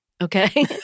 Okay